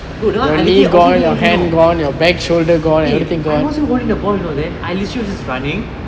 eh bro that one I really wasn't doing anything you know eh I wasn't holding the ball you know man I literally was just running